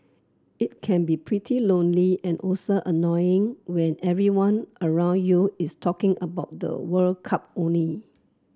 it can be pretty lonely and also annoying when everyone around you is talking about the World Cup only